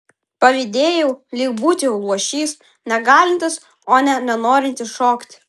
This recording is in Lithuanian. pavydėjau lyg būčiau luošys negalintis o ne nenorintis šokti